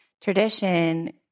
tradition